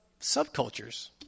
subcultures